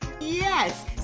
Yes